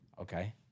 okay